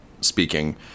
speaking